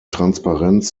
transparenz